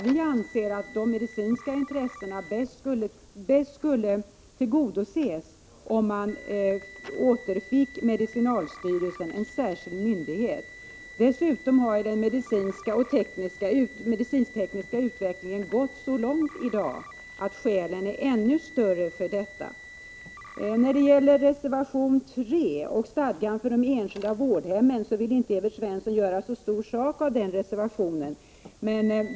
Vi anser att de medicinska intressena bäst skulle tillgodoses om vi återfick medicinalstyrelsen, dvs. en särskild myndighet. Den medicinsktekniska utvecklingen har i dag gått så långt att skälen för detta nu är ännu större än tidigare. Evert Svensson vill inte göra så stor sak av reservation 3, som gäller stadgan för de enskilda vårdhemmen.